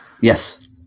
Yes